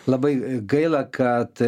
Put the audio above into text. labai gaila kad